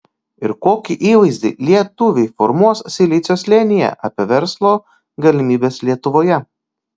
ir kokį įvaizdį lietuviai formuos silicio slėnyje apie verslo galimybes lietuvoje